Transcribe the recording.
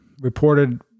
reported